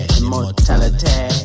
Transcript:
immortality